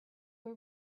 were